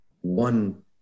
one